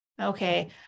Okay